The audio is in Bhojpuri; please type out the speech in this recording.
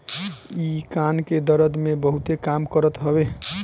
इ कान के दरद में बहुते काम करत हवे